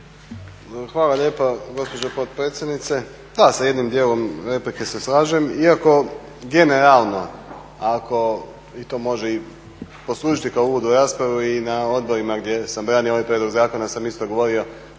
Hvala lijepa gospođo potpredsjednice. Da, sa jednim dijelom replike se slažem iako generalno ako, i to može i poslužiti kao uvod u raspravu i na odborima gdje sam brani ovaj prijedlog zakona sam isto govorio,